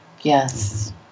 yes